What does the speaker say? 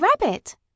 rabbit